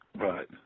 Right